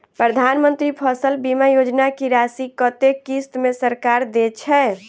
प्रधानमंत्री फसल बीमा योजना की राशि कत्ते किस्त मे सरकार देय छै?